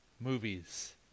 movies